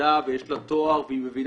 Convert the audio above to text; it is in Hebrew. שלמדה ויש לה תואר והיא מבינה,